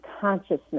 consciousness